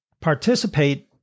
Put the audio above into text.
participate